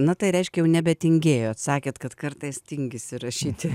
na tai reiškia jau nebetingėjot sakėt kad kartais tingisi rašyti